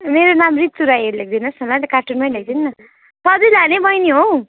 मेरो नाम ऋतु राई लेखिदिनु होस न कार्टुनमा लेखिदिनु न सधैँ लाने बहिनी हौ